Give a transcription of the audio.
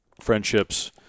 friendships